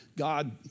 God